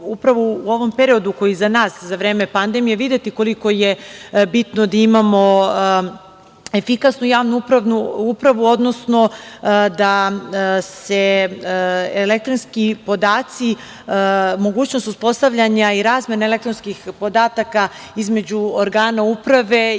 u ovom periodu koji je iza nas, za vreme pandemije, videti koliko je bitno da imamo efikasnu javnu upravu, odnosno da se elektronski podaci, mogućnost uspostavljanja i razmene elektronskih podataka između organa uprave je